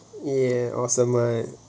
yeah awesome right